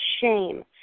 shame